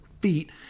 feet